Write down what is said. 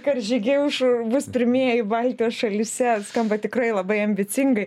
karžygiai už bus pirmieji baltijos šalyse skamba tikrai labai ambicingai